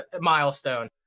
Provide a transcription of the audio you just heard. milestone